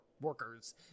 workers